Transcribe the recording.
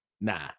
Nah